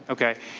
okay.